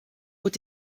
what